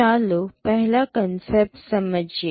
ચાલો પહેલા કન્સેપ્ટ સમજીએ